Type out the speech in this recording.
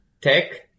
tech